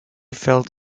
felt